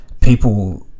people